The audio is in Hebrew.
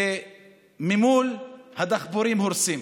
וממול הדחפורים הורסים.